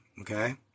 okay